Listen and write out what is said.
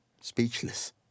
speechless